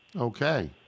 Okay